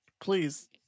please